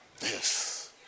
Yes